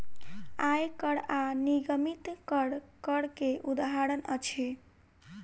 आय कर आ निगमित कर, कर के उदाहरण अछि